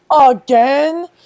Again